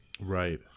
Right